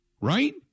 right